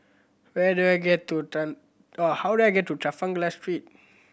where do I get to how do I get to Trafalgar Street